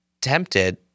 tempted